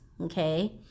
okay